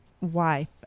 wife